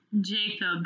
Jacob